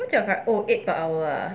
不讲 like oh eight per hour ah